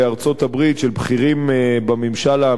של בכירים בממשל האמריקני,